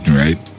right